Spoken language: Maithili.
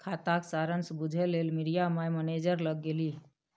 खाताक सारांश बुझय लेल मिरिया माय मैनेजर लग गेलीह